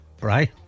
right